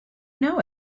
know